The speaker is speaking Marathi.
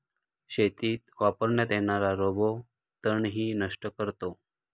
शेतीत वापरण्यात येणारा रोबो तणही नष्ट करतो